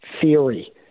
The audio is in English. theory